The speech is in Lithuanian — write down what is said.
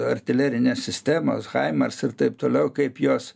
artilerinės sistemas haimars ir taip toliau kaip jos